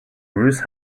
bruce